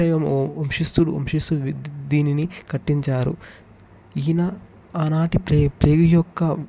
వంశస్థుడు వంశస్థుడు దీనిని కట్టించారు ఈయన ఆనాటి యొక్క ప్రేమ యొక్క